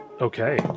Okay